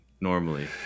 normally